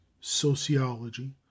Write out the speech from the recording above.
sociology